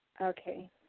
Okay